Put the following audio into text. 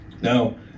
Now